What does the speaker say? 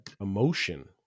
emotion